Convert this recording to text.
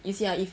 you see ah if